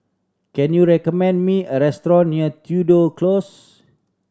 can you recommend me a restaurant near Tudor Close